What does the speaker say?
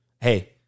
Hey